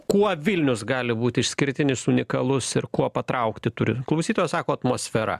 kuo vilnius gali būt išskirtinis unikalus ir kuo patraukti turi klausytojas sako atmosfera